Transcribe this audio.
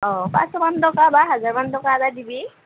অ' পাঁচশমান টকা বা হাজাৰমান টকা এটা দিবি